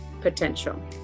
potential